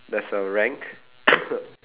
there's a rank